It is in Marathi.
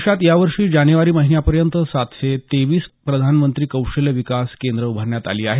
देशात या वर्षी जानेवारी महिन्यापर्यंत सातशे तेवीस प्रधानमंत्री कौशल्श विकास केंद्र उभारण्यात आली आहेत